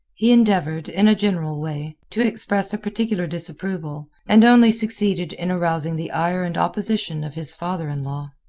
he endeavored, in a general way, to express a particular disapproval, and only succeeded in arousing the ire and opposition of his father-in-law.